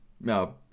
no